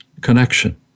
connection